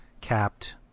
capped